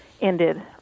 ended